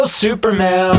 Superman